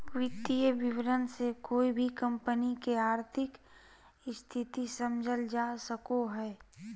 वित्तीय विवरण से कोय भी कम्पनी के आर्थिक स्थिति समझल जा सको हय